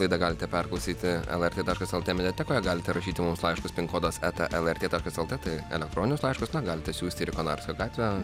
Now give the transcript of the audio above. laidą galite perklausyti lrt taškas lt mediatekoje galite rašyti mums laiškus pin kodas eta lrt taškas lt tai elektroninius laiškus na galite siųsti ir į konarskio gatvę